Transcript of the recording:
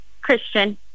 Christian